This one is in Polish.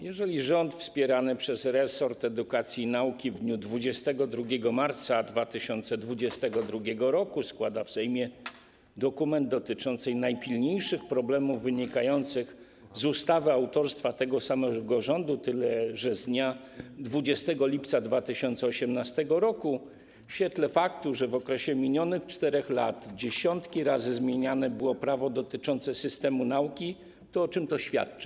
Jeżeli rząd wspierany przez resort edukacji i nauki w dniu 22 marca 2022 r. składa w Sejmie dokument dotyczący najpilniejszych problemów wynikających z ustawy autorstwa tego samego rządu, tyle że z dnia 20 lipca 2018 r., w świetle faktu, że w okresie minionych 4 lat dziesiątki razy zmieniane było prawo dotyczące systemu nauki, to o czym to świadczy?